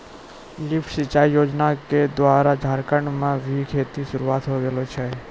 lift सिंचाई योजना क द्वारा झारखंड म भी खेती शुरू होय गेलो छै